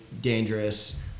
dangerous